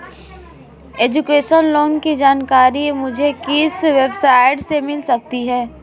Education loan की जानकारी मुझे किस वेबसाइट से मिल सकती है?